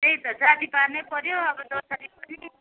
त्यही जाती पार्नै पऱ्यो अब जसरी पनि